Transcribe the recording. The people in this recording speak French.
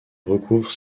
recouvre